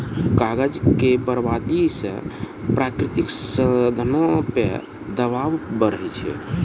कागज के बरबादी से प्राकृतिक साधनो पे दवाब बढ़ै छै